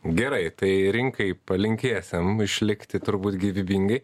gerai tai rinkai palinkėsim išlikti turbūt gyvybingai